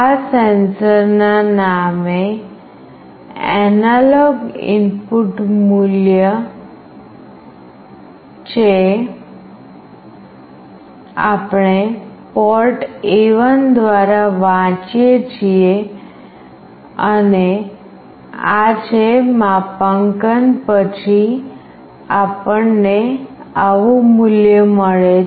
આ સેન્સર ના નામે એનાલોગ ઇનપુટ મૂલ્ય છે આપણે પોર્ટ A1 દ્વારા વાંચીએ છીએ અને આ છે માપાંકન પછી આપણને આવું મૂલ્ય મળે છે